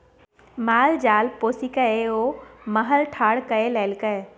माल जाल पोसिकए ओ महल ठाढ़ कए लेलकै